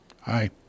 Hi